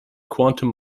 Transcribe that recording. quantum